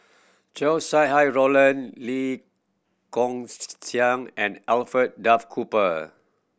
Chow Sau Hai Roland Lee Kong Chian and Alfred Duff Cooper